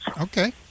Okay